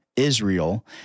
Israel